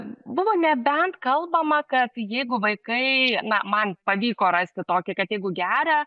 buvo nebent kalbama kad jeigu vaikai na man pavyko rasti tokį kad jeigu geria